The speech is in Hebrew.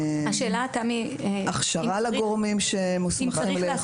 הכשרה לגורמים שמוסמכים לאכוף.